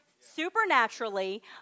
supernaturally